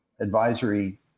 Advisory